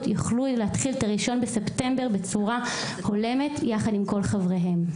יוכלו להתחיל את ה-1 בספטמבר בצורה הולמת יחד עם כל חבריהם.